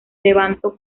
levanto